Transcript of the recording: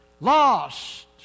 Lost